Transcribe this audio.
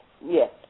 Yes